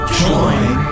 join